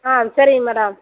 ஆ சரிங்க மேடம்